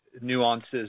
nuances